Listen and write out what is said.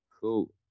cool